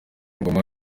ngoma